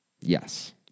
Yes